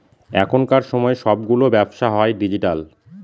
এখনকার সময় সবগুলো ব্যবসা হয় ডিজিটাল